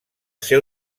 seu